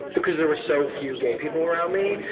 but cause there were so few gay people around me,